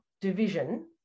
division